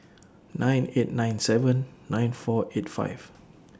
nine eight nine seven nine four eight five